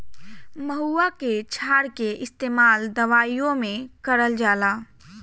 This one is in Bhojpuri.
महुवा के क्षार के इस्तेमाल दवाईओ मे करल जाला